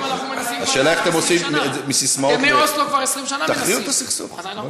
השאלה איך מססמאות, מה